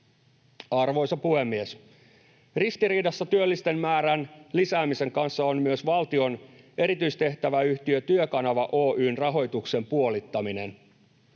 Arvoisa puhemies! Ristiriidassa työllisten määrän lisäämisen kanssa on myös valtion erityistehtäväyhtiö Työkanava Oy:n rahoituksen puolittaminen.